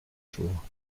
jours